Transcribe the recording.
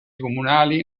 comunali